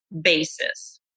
basis